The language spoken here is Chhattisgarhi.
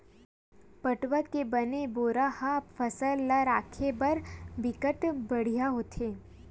पटवा के बने बोरा ह फसल ल राखे बर बिकट बड़िहा होथे